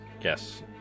Yes